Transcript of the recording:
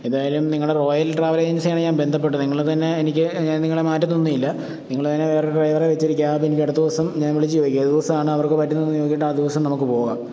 എന്തായാലും നിങ്ങളുടെ royal travel ഏജൻസിയാണ് ഞാൻ ബന്ധപ്പെട്ടത് നിങ്ങള് തന്നെ എനിക്ക് നിങ്ങളെ മാറ്റത്തൊന്നും ഇല്ല നിങ്ങള് തന്നെ വേറൊരു ഡ്രൈവറെ വച്ചൊരു ക്യാബ് എനിക്കടുത്ത ദിവസം ഞാൻ വിളിച്ച് ചോദിക്കാം ഏത് ദിവസാണ് അവർക്ക് പറ്റുന്നതെന്ന് ചോദിച്ചിട്ട് ആ ദിവസം നമുക്ക് പോകാം